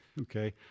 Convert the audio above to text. Okay